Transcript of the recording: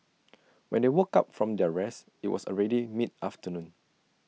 when they woke up from their rest IT was already mid afternoon